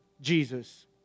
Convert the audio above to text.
Jesus